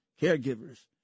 caregivers